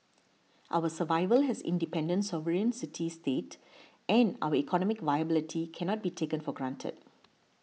our survival has independent sovereign city state and our economic viability cannot be taken for granted